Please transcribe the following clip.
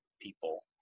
people